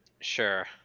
sure